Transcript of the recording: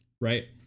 right